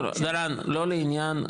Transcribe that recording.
לא לעניין.